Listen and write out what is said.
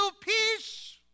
peace